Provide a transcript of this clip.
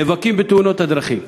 נאבקים בתאונות הדרכים.